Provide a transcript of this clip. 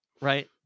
right